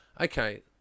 Okay